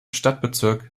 stadtbezirk